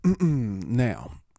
now